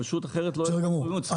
בסדר גמור.